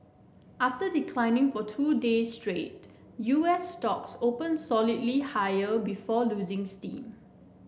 after declining for two day straight U S stocks opened solidly higher before losing steam